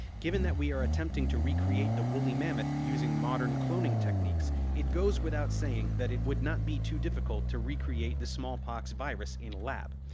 given that we are attempting to recreate the woolly mammoth using modern cloning techniques, it goes without saying that it would not be too difficult to recreate the smallpox virus in a lab.